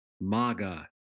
MAGA